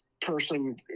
person